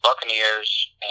Buccaneers